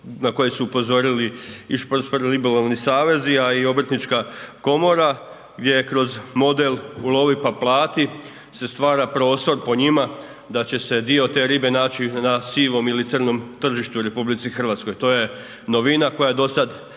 na koji su upozorili i športsko ribolovni savezi, a i Obrtnička komora gdje je kroz model ulovi pa plati se stvara prostor po njima da će se dio te ribe naći na sivom ili crnom tržištu u RH. To je novina koja dosad nije